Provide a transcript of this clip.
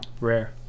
Rare